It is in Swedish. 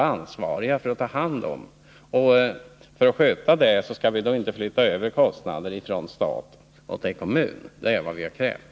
Den uppgiften får inte skötas så att vi flyttar över kostnaderna från staten till kommunerna. Det är vad vi har krävt.